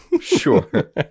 Sure